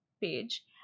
page